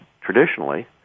traditionally